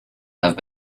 have